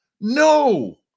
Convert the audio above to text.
No